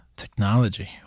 technology